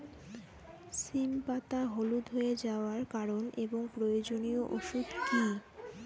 সিম পাতা হলুদ হয়ে যাওয়ার কারণ এবং প্রয়োজনীয় ওষুধ কি?